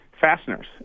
fasteners